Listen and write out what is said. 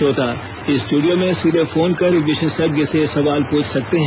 श्रोता स्टूडियो में सीधे फोन कर विशेषज्ञ से सवाल पूछ सकते हैं